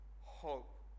hope